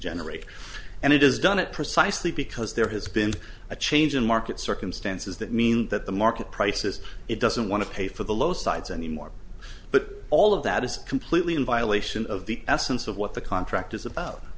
generate and it has done it precisely because there has been a change in market circumstances that mean that the market prices it doesn't want to pay for the low sides anymore but all of that is completely in violation of the essence of what the contract is about